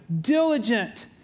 diligent